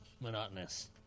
monotonous